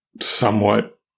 somewhat